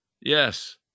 Yes